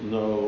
no